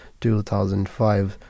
2005